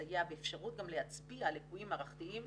לסייע ואפשרות גם להצביע על ליקויים מערכתיים,